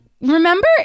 remember